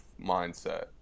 mindset